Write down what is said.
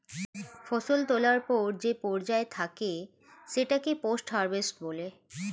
ফসল তোলার পর যে পর্যায় থাকে সেটাকে পোস্ট হারভেস্ট বলে